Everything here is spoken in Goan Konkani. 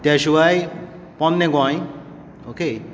त्या शिवाय पोरणें गोंय ओके